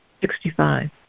Sixty-five